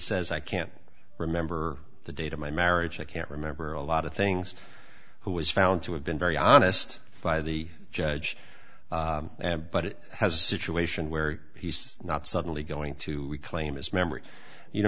says i can't remember the date of my marriage i can't remember a lot of things who was found to have been very honest by the judge and but it has a situation where he's not suddenly going to reclaim his memory you know